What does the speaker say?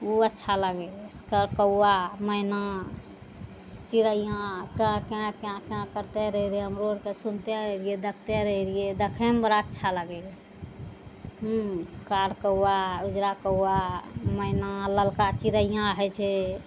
उ अच्छा लागय कौआ मैना चिड़ैया कैं कैं करते रहय रहियै हमरोके सुनते रहय रहियै देखते रहि रहियै देखयमे बड़ा अच्छा लागय हइ हूँ कार कौआ उजरा कौआ मैना ललका चिड़ैया होइ छै